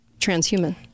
transhuman